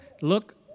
look